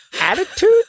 Attitude